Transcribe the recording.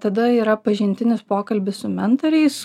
tada yra pažintinis pokalbis su mentoriais